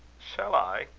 shall i,